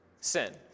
Sin